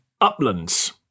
uplands